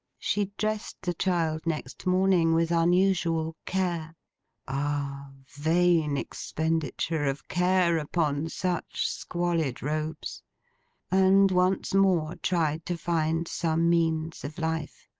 she dressed the child next morning with unusual care ah, vain expenditure of care upon such squalid robes and once more tried to find some means of life.